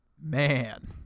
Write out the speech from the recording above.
Man